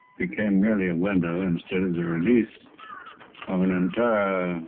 became merely a window instead of the release of an entire